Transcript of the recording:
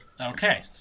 Okay